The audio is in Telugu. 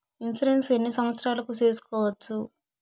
ఇన్సూరెన్సు ఎన్ని సంవత్సరాలకు సేసుకోవచ్చు?